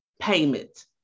payment